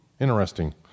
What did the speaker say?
Interesting